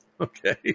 Okay